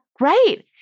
Right